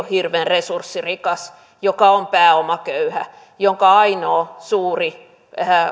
hirveän resurssirikas joka on pääomaköyhä jonka ainoa suuri